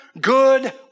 good